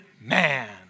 man